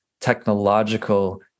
technological